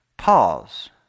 Pause